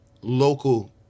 local